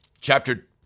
chapter